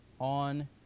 on